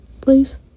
please